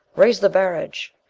raise the barrage.